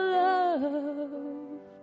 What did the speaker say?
love